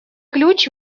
ключ